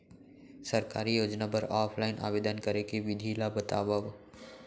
सरकारी योजना बर ऑफलाइन आवेदन करे के विधि ला बतावव